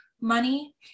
money